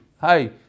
Hi